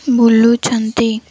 ବୁଲୁଛନ୍ତି